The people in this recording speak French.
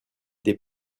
des